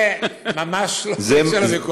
זה ממש לא בעניין הוויכוח.